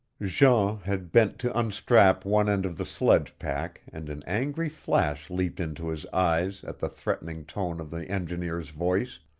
jean had bent to unstrap one end of the sledge pack and an angry flash leaped into his eyes at the threatening tone of the engineer's voice.